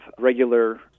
regular